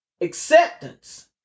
acceptance